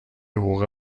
حقوق